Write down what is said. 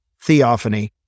theophany